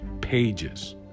pages